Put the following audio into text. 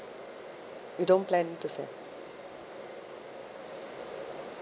you don't plan to sell